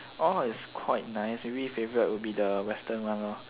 all is quite nice maybe favourite will be the western one